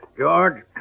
George